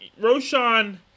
Roshan